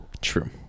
True